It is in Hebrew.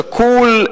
שקול,